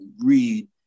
read